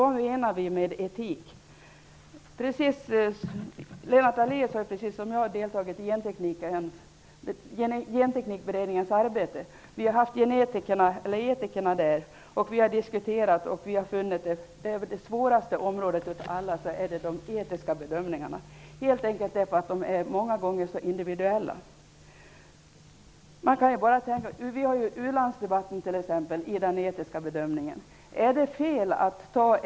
Vad menar vi med etik? Lennart Daléus har precis som jag deltagit i Genteknikberedningens arbete. Vi har haft etikerna där. Vi har diskuterat och funnit att det svåraste området av alla är de etiska bedömningarna. De är många gånger så individuella. Vi har ju t.ex. den etiska bedömningen i u-landsdebatten.